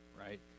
right